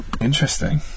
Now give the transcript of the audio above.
interesting